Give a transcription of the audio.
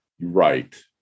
Right